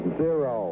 zero